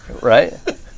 Right